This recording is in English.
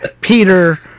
Peter